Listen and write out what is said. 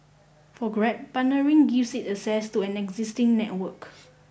for grab partnering gives it access to an existing network